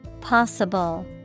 Possible